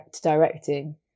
directing